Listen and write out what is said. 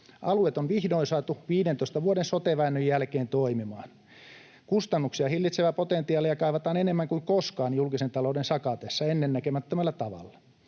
Alueet on vihdoin saatu 15 vuoden sote-väännön jälkeen toimimaan. Kustannuksia hillitsevää potentiaalia kaivataan enemmän kuin koskaan julkisen talouden sakatessa ennennäkemättömällä tavalla.